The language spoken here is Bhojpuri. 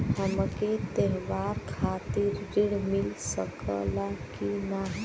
हमके त्योहार खातिर त्रण मिल सकला कि ना?